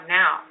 now